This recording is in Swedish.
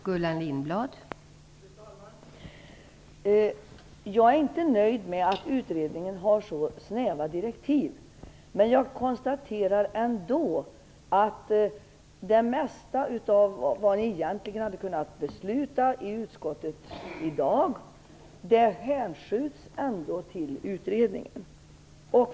Fru talman! Jag är inte nöjd med att utredningen har så snäva direktiv, men jag konstaterar ändå att det mesta av det som vi hade kunnat fatta beslut om i dag hänskjuts till utredningen.